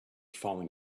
falling